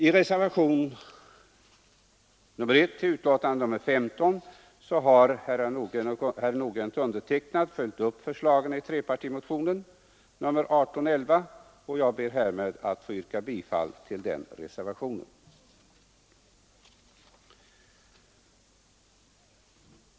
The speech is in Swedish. I reservationen I vid inrikesutskottets betänkande nr 15 har herr Nordgren och jag följt upp förslagen i trepartimotionen 1811 i detta avseende, och jag ber härmed att få yrka bifall till dessa förslag.